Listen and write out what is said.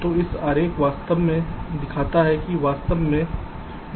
तो यह आरेख वास्तव में दिखाता है कि वास्तव में